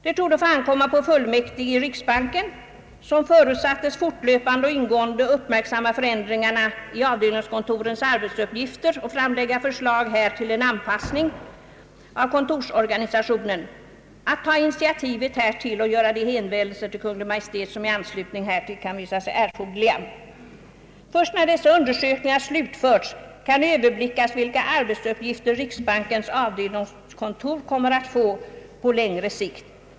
Det torde få ankomma på fullmäktige i riksbanken — som förutsättes fortlöpande och ingående uppmärksamma förändringarna i avdelningskontorens arbetsuppgifter och framlägga förslag till en anpassning av kontorsorganisationen härefter — att taga initiativet härtill och göra de hänvändelser till Kungl. Maj:t som i anslutning härtill kan visa sig erforderliga. Först när dessa undersökningar slutförts kan klart överblickas vilka arbetsuppgifter riksbankens avdelningskontor kommer att få på längre sikt.